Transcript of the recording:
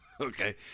Okay